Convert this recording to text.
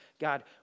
God